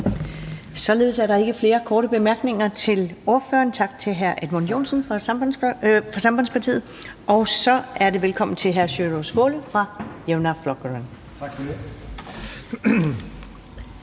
Således er der ikke flere korte bemærkninger til ordføreren. Tak til hr. Edmund Joensen fra Sambandspartiet. Så siger vi velkommen til hr. Sjúrður Skaale fra Javnaðarflokkurin. Kl.